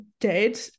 dead